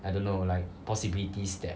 I don't know like possibilities that